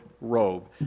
robe